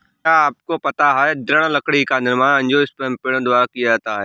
क्या आपको पता है दृढ़ लकड़ी का निर्माण एंजियोस्पर्म पेड़ों द्वारा किया जाता है?